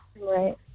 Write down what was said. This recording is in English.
Right